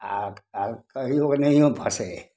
आ आ कहियो कऽ नहियो फँसै हइ